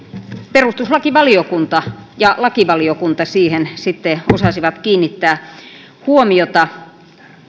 perustuslakivaliokunta ja lakivaliokunta siihen sitten osasivat kiinnittää huomiota